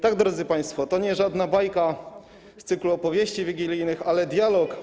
Tak, drodzy państwo, to nie żadna bajka z cyklu opowieści wigilijnych, ale dialog dwóch.